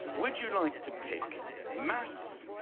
would you like to pick maths,